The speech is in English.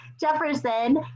Jefferson